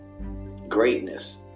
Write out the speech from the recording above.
greatness